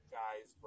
guys